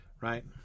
right